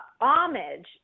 homage